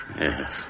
Yes